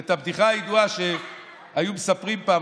ואת הבדיחה הידועה שהיו מספרים פעם,